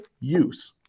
use